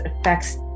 affects